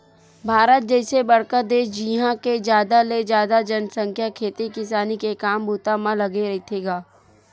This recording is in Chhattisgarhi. भारत जइसे बड़का देस जिहाँ के जादा ले जादा जनसंख्या खेती किसानी के काम बूता म लगे रहिथे गा